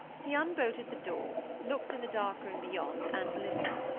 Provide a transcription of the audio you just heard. he unbolted the door, looked in the dark room beyond, and listened.